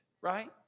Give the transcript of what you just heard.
right